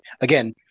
Again